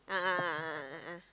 a'ah a'ah a'ah